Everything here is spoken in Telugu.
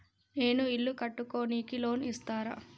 నేను ఇల్లు కట్టుకోనికి లోన్ ఇస్తరా?